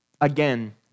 again